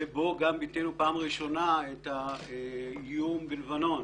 ובו ביטאנו לראשונה את האיום בלבנון